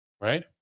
right